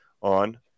on